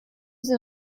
sie